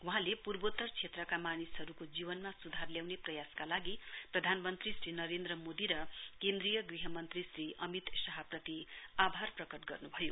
वहाँले पूर्वोत्तर क्षेत्रका मानिसहरूको जीवनमा सुधार ल्याउने प्रयासका लागि प्रधानमन्त्री श्री नरेन्द्र मोदी र केन्द्रीय गृह मन्त्री श्री अमित शाहप्रति आभार प्रकट गर्नुभयो